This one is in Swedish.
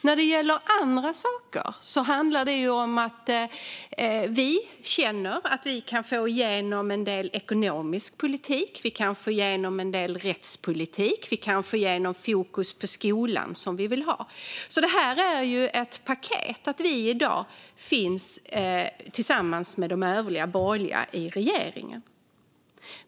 När det gäller andra saker handlar det om att vi känner att vi kan få igenom en del ekonomisk politik och en del rättspolitik och fokus på skolan som vi vill ha. Det är ett paket, och därför finns vi i dag tillsammans med de övriga borgerliga i regeringen.